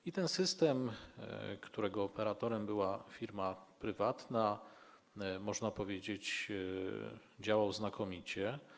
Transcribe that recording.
I ten system, którego operatorem była firma prywatna, można powiedzieć, działał znakomicie.